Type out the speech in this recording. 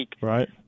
Right